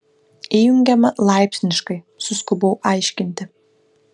įjungiama laipsniškai suskubau aiškinti